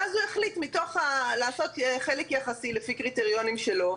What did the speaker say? ואז נקבע חלק יחסי לפי הקריטריונים שלהם.